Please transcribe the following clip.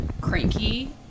cranky